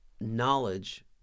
knowledge